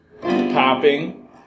popping